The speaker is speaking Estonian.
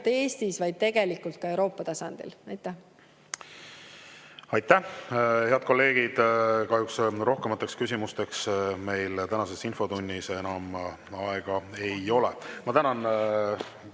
Eestis, vaid tegelikult ka Euroopa tasandil. Aitäh! Head kolleegid, kahjuks rohkemateks küsimusteks meil tänases infotunnis enam aega ei ole. Ma tänan